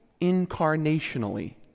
incarnationally